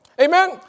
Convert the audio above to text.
Amen